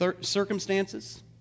circumstances